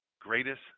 greatest